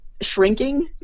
shrinking